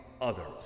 others